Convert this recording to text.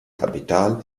kapital